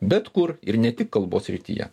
bet kur ir ne tik kalbos srityje